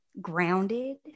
grounded